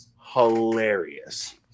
hilarious